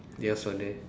yes so they